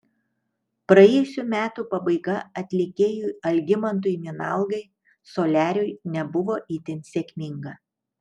praėjusių metų pabaiga atlikėjui algimantui minalgai soliariui nebuvo itin sėkminga